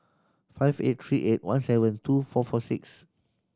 five eight three eight one seven two four four six